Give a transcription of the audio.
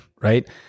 right